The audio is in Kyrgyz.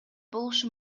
болушу